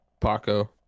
Paco